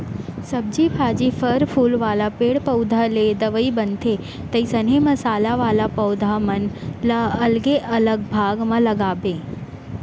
सब्जी भाजी, फर फूल वाला पेड़ पउधा ले दवई बनथे, तइसने मसाला वाला पौधा मन ल अलगे अलग भाग म लगाबे